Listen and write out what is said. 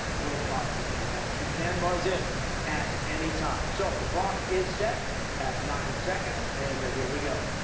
will cost you ten points. you can buzz in at any time. so the clock is set at ninety seconds and here we go.